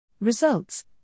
Results